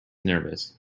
nervous